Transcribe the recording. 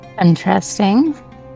Interesting